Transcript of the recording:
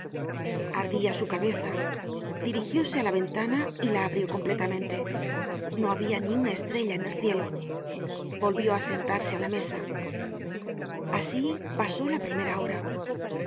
angustia ardiasu cabeza dirigióse á la ventana y la abrió completamente no habia ni una estrella en el cielo volvió á sentarse á la mesa asi pasó la primera hora